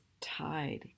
tied